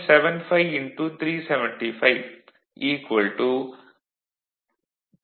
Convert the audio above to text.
75375 215V 18